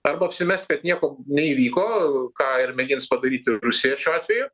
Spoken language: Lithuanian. arba apsimest kad nieko neįvyko ką ir mėgins padaryti rusija šiuo atveju